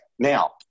Now